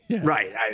right